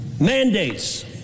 Mandates